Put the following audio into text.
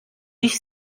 ich